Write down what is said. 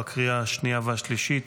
בקריאה השנייה והשלישית.